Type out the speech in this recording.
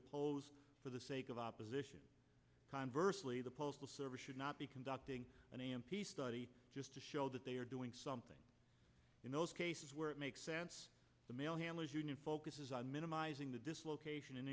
oppose for the sake of opposition conversely the postal service should not be conducting an a m p study just to show that they are doing something in those cases where it makes sense to mail handlers union focuses on minimizing the dislocation and